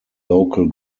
local